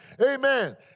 Amen